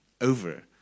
over